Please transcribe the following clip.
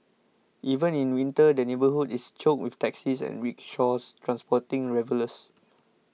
even in winter the neighbourhood is choked with taxis and rickshaws transporting revellers